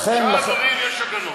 ואז, הגנות.